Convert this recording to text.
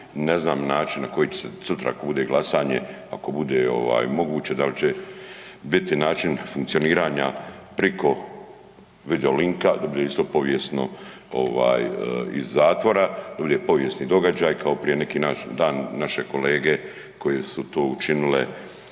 ne znam način na koji će se sutra ako bude glasanje, ako bude moguće da li će biti način funkcioniranja priko videolinka … povijesno iz zatvora, ovo je povijesni događaj kao prije neki dan naše kolege koje su to učinile